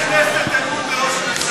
אין לכנסת אמון בראש הממשלה.